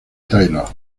taylor